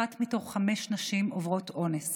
אחת מתוך חמש נשים עוברת אונס